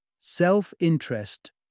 Self-interest